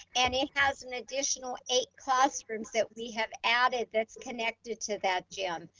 and it has an additional eight classrooms that we have added that's connected to that gym.